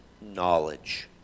knowledge